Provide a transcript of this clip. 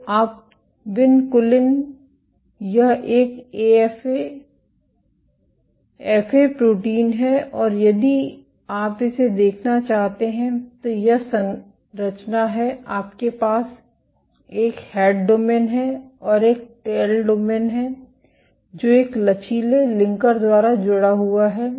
तो विनकुलिन यह एक एफए प्रोटीन है और यदि आप इसे देखना चाहते हैं तो यह संरचना है आपके पास एक हेड डोमेन है और एक टेल डोमेन है जो एक लचीले लिंकर द्वारा जुड़ा हुआ है